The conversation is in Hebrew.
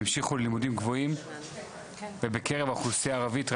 המשיכו לימודים גבוהים ובקרב האוכלוסייה הערבית,